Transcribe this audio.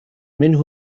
منه